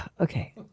Okay